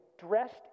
dressed